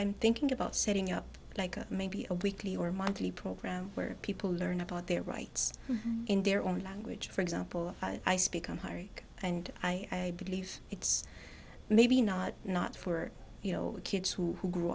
i'm thinking about setting up like maybe a weekly or monthly program where people learn about their rights in their own language for example i speak on hari and i believe it's maybe not not for you know kids who